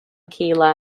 keeler